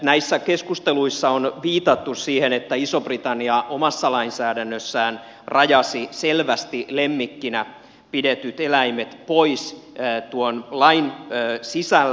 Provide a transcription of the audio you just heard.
näissä keskusteluissa on viitattu siihen että iso britannia omassa lainsäädännössään rajasi selvästi lemmikkinä pidetyt eläimet pois tuon lain sisällä